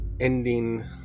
ending